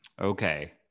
Okay